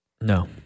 No